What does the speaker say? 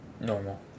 Normal